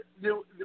New